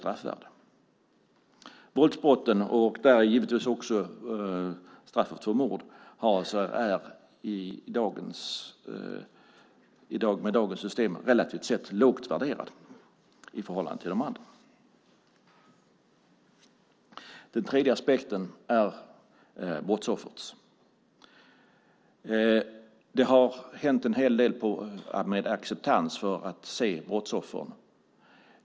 Straffet för våldsbrott och givetvis också för mord är med dagens system relativt sett lågt värderade i förhållande till andra brott. Den tredje aspekten är brottsoffret. Det har hänt en hel del med acceptans för att se brottsoffren.